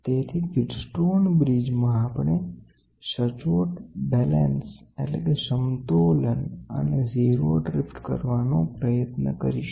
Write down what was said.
તેથી Wheatstone bridge મા આપણે સચોટ સમતોલન અને 0 ડ્રીફ્ટ અને આ બધી વસ્તુ કરવાનો પ્રયત્ન કરીશું